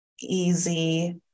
easy